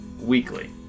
weekly